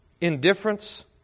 indifference